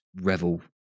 revel